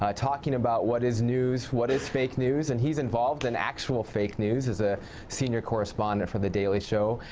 ah talking about what is news, what is fake news. and he's involved in actual fake news as a senior correspondent for the daily show,